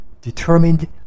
determined